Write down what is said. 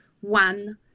one